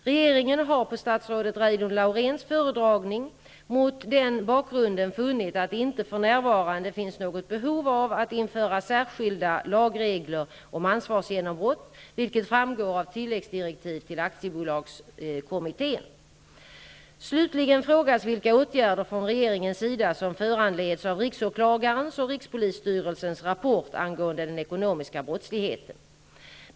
Regeringen har efter statsrådet Reidunn Lauréns föredragning mot den bakgrunden funnit att det inte för närvarande finns något behov av att införa särskilda lagregler om ansvarsgenombrott, vilket framgår av tilläggsdirektiv till aktiebolagskommittén . Slutligen frågas vilka åtgärder från regeringens sida som föranleds av riksåklagarens och rikspolisstyrelsens rapport angående den ekonomiska brottsligheten.